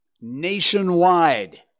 nationwide